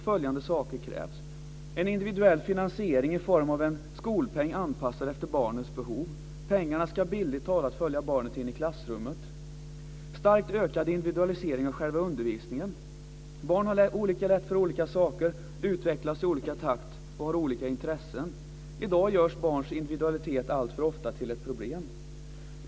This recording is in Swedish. Följande saker krävs: En individuell finansiering i form av en skolpeng anpassad efter barnets behov. Pengarna ska bildligt talat följa barnet in i klassrummet. Starkt ökad individualisering av själva undervisningen. Barn har olika rätt för olika saker, utvecklas i olika takt och har olika intressen. I dag görs barns individualitet alltför ofta till ett problem.